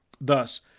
Thus